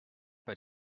bei